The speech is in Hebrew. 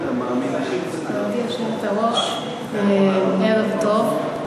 גברתי היושבת-ראש, ערב טוב,